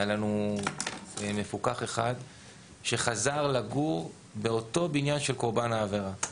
היה לנו מפוקח אחד שחזר לגור באותו בניין של קורבן העבירה.